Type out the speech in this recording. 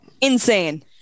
Insane